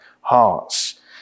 hearts